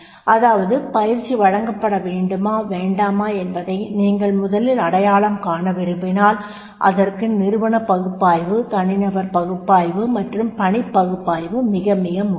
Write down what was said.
அதாவது பயிற்சி வழங்கப்பட வேண்டுமா வேண்டாமா என்பதை நீங்கள் முதலில் அடையாளம் காண விரும்பினால் அதற்கு நிறுவன பகுப்பாய்வு தனிநபர் பகுப்பாய்வு மற்றும் பணிப் பகுப்பாய்வு மிக மிக முக்கியம்